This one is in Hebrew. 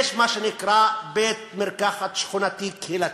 יש מה שנקרא בית-מרקחת שכונתי-קהילתי,